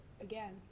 again